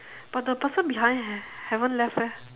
but the person behind h~ haven't left